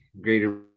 greater